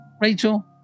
rachel